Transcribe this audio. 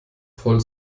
voll